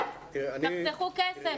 תחסכו כסף.